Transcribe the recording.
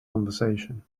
conversation